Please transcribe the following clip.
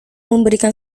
memberikan